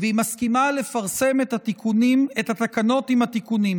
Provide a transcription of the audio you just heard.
והיא מסכימה לפרסם את התקנות עם התיקונים,